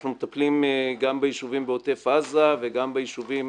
אנחנו מטפלים גם ביישובים בעוטף עזה וגם ביישובים